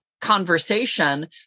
conversation